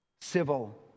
Civil